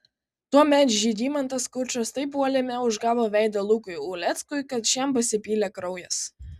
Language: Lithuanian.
tuomet žygimantas skučas taip puolime užgavo veidą lukui uleckui kad šiam pasipylė kraujas